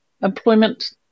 employment